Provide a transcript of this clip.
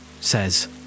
says